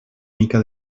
mica